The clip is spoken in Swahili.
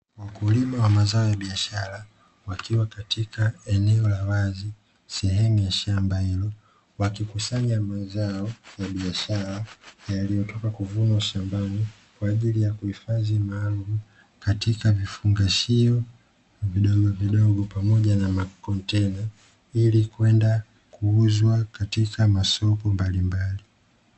Wakulima wa mazao ya biashara, wakiwa katika eneo la wazi sehemu ya shamba hilo, wakikusanya mazao ya biashara yaliyotoka kuvunwa shambani, kwa ajili ya uhifadhi maalumu katika vifungashio vidogovidogo, pamoja na makontena, ili kwenda kuuzwa katika masoko mbalimbali.